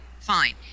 fine